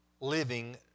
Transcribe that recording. living